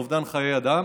אובדן חיי אדם.